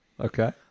Okay